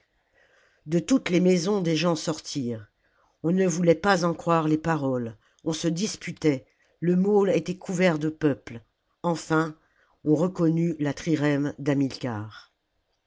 de toutes les maisons des gens sortirent on ne voulait pas en croire les paroles on se disputait le môle était couvert de peuple enfin on reconnut la trirème